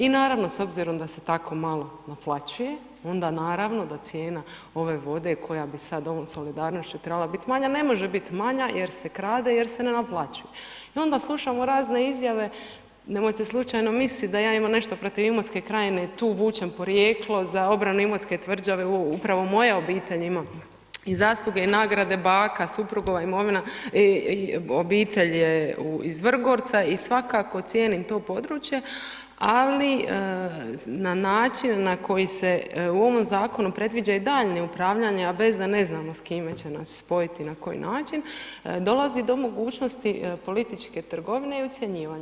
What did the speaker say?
I naravno, s obzirom da se tako malo naplaćuje, onda naravno da cijena ove vode koja bi sad ovom solidarnošću trebala bit manja, ne može bit manja jer se krade jer se ne naplaćuje i onda slušamo razne izjave, nemojte slučajno mislit da ja imam nešto protiv Imotske krajine, tu vučem porijeklo za obranu Imotske tvrđave evo, upravo moje obitelji imam i zasluge i nagrade baka, suprugova imovina i obitelj je iz Vrgorca i svakako cijenim to područje, ali na način na koji se u ovom zakonu predviđa i daljnje upravljanje, a da ne znamo s kime će nas spojit i na koji način, dolazi do mogućnosti političke trgovine i ucjenjivanja.